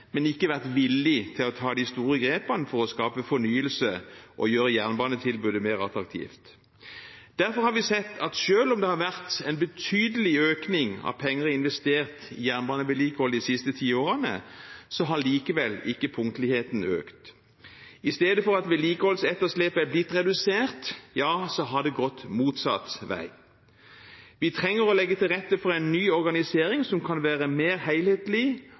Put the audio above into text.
men har ikke vært villig til å ta de store grepene for å skape fornyelse og gjøre jernbanetilbudet mer attraktivt. Derfor har vi sett at selv om det har vært en betydelig økning av penger investert i jernbanevedlikehold de siste ti årene, har likevel ikke punktligheten økt. I stedet for at vedlikeholdsetterslepet er blitt redusert, har det gått motsatt vei. Vi trenger å legge til rette for en ny organisering, som kan være mer